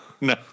no